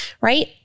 right